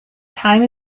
time